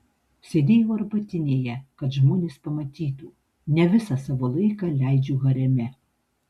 sėdėjau arbatinėje kad žmonės pamatytų ne visą savo laiką leidžiu hareme